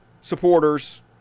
supporters